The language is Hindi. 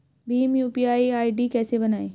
भीम यू.पी.आई आई.डी कैसे बनाएं?